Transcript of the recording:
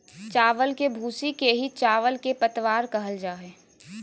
चावल के भूसी के ही चावल के पतवार कहल जा हई